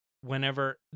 whenever